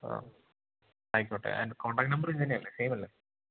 ആ ആയിക്കോട്ടെ and contact number ഇതുതന്നെയല്ലേ സെയിമ് അല്ലേ